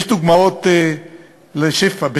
יש דוגמאות בשפע.